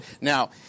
now